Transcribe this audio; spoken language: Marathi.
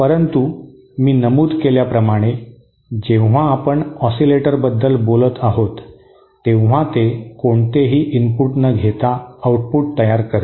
परंतु मी नमूद केल्याप्रमाणे जेव्हा आपण ऑसीलेटर बद्दल बोलत आहोत तेव्हा ते कोणतेही इनपुट न घेता आउटपुट तयार करते